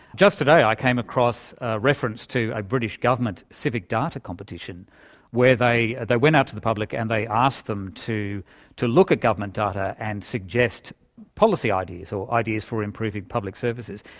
just today i came across a reference to a british government civic data competition where they they went out to the public and they asked them to to look at government data and suggest policy ideas or ideas for improving public services.